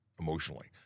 emotionally